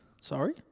Sorry